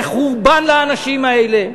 זה חורבן לאנשים האלה.